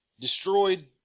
destroyed